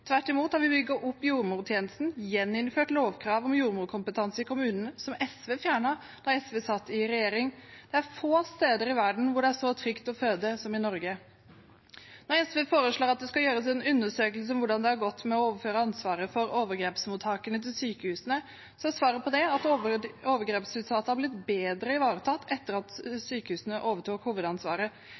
Tvert imot har vi bygget opp jordmortjenesten og gjeninnført lovkrav om jordmorkompetanse i kommunene, som SV fjernet da de satt i regjering. Det er få steder i verden hvor det er så trygt å føde som i Norge. Når SV foreslår at det skal gjøres en undersøkelse av hvordan det har gått etter overføringen av ansvaret for overgrepsmottakene til sykehusene, er svaret at overgrepsutsatte har blitt bedre ivaretatt etter at sykehusene overtok hovedansvaret.